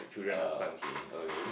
uh okay okay